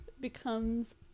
becomes